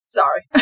sorry